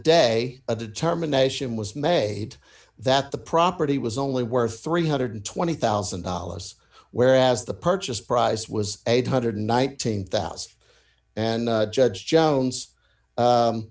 day a determination was made that the property was only worth three hundred and twenty thousand dollars whereas the purchase price was eight hundred and nineteen thousand dollars and judge jones